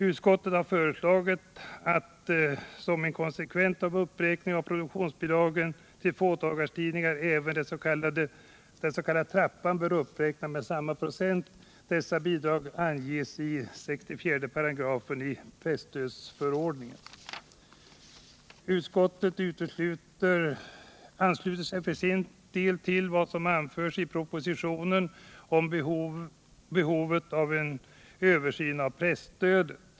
Utskottet har föreslagit att som en konsekvens av uppräkningen av produktionsbidragen till fådagarstidningar även den s.k. trappan bör uppräknas med samma procent. Dessa bidrag anges i 64 § presstödsförordningen. Utskottet ansluter sig till vad som anförs i propositionen om behovet av en översyn angående presstödet.